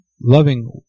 loving